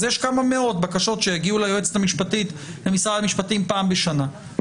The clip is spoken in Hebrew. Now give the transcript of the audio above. אז יש כמה מאות בקשות שיגיעו ליועצת המשפטית פעם בשנה.